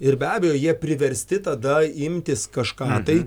ir be abejo jie priversti tada imtis kažką tai